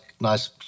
nice